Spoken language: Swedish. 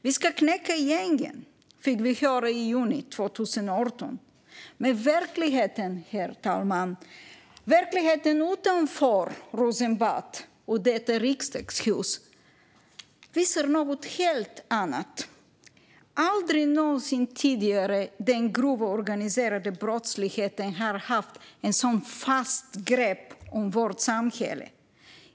Vi ska knäcka gängen, fick man höra i juni 2018. Men, herr talman, verkligheten utanför Rosenbad och Riksdagshuset visar något helt annat. Aldrig någonsin tidigare har den grova organiserade brottsligheten haft ett så fast grepp om vårt samhälle.